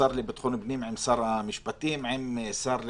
השר לביטחון פנים, עם שר המשפטים, עם שר הביטחון,